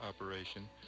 operation